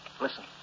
Listen